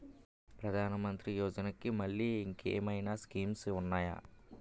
ప్రధాన మంత్రి యోజన కి మల్లె ఇంకేమైనా స్కీమ్స్ ఉన్నాయా?